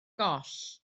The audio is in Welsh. goll